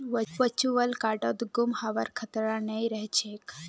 virtual कार्डत गुम हबार खतरा नइ रह छेक